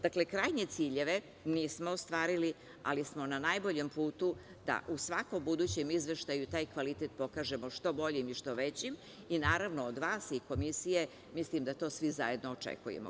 Dakle, krajnje ciljeva nismo ostvarili, ali smo na najboljem putu da u svakom budućem izveštaju taj kvalitet pokažemo što boljim i što većim i naravno od vas i Komisije mislim da to svi zajedno očekujemo.